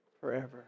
forever